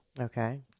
Okay